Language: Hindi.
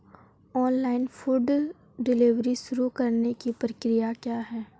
ऑनलाइन फूड डिलीवरी शुरू करने की प्रक्रिया क्या है?